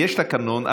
יש תקנון.